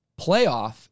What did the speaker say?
playoff